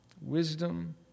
wisdom